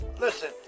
Listen